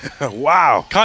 Wow